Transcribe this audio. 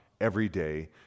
everyday